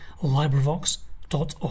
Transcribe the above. LibriVox.org